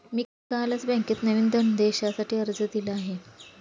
मी कालच बँकेत नवीन धनदेशासाठी अर्ज दिला आहे